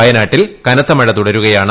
വയനാട്ടിൽ കനത്ത മഴ തുടരുകയാണ്